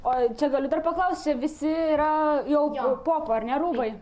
o čia galiu dar paklaust čia visi yra jau popo ar ne rūbai